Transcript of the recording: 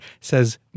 says